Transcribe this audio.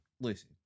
Listen